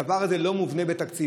הדבר הזה לא מובנה בתקציב.